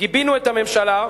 גיבינו את הממשלה,